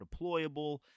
deployable